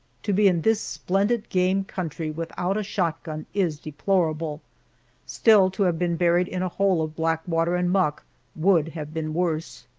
to be in this splendid game country without a shotgun is deplorable still, to have been buried in a hole of black water and muck would have been worse.